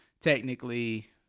technically